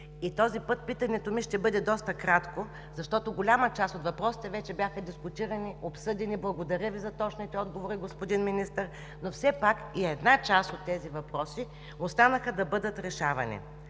и този път питането ми ще бъде доста кратко, защото голяма част от въпросите вече бяха дискутирани и обсъдени. Благодаря Ви за точните отговори, господин Министър, но все и пак една част от тези въпроси останаха да бъдат решавани.